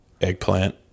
eggplant